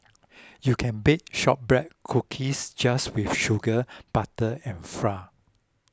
you can bake Shortbread Cookies just with sugar butter and flour